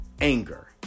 anger